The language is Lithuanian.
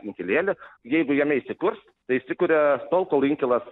inkilėlį jeigu jame įsikurs tai įsikuria tol kol inkilas